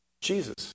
Jesus